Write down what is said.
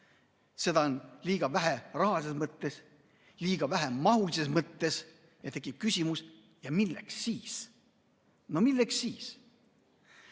Seda on liiga vähe rahalises mõttes, liiga vähe mahulises mõttes ja tekib küsimus: milleks siis? No milleks siis?